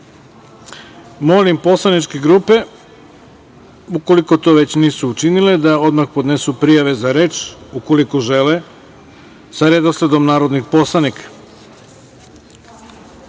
poslaničke grupe, ukoliko to već nisu učinile, da odmah podnesu prijave za reč, ukoliko žele, sa redosledom narodnih poslanika. Otvaram